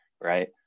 right